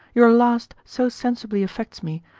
your last so sensibly affects me,